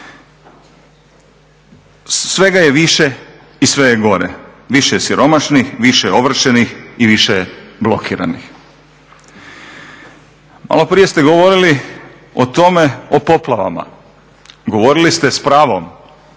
Svega je više i sve je gore. Više je siromašnih, više je ovršenih i više je blokiranih. Malo prije ste govorili o tome, o poplavama. Govorili ste s pravom